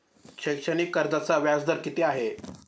शैक्षणिक कर्जाचा व्याजदर किती आहे?